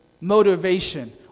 motivation